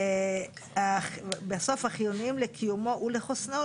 בסוף "החיוניים לקיומו ולחוסנו"